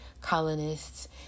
colonists